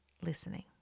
listening